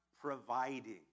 providing